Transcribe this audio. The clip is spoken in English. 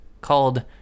called